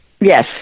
Yes